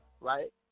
right